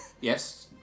Yes